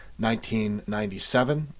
1997